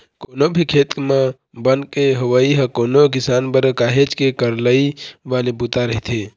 कोनो भी खेत म बन के होवई ह कोनो किसान बर काहेच के करलई वाले बूता रहिथे